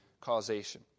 causation